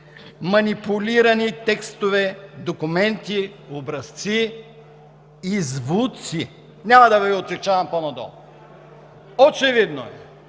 манипулирани текстове, документи, образци и звуци.“ Няма да Ви отегчавам и да чета по-надолу. Очевидно е,